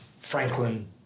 Franklin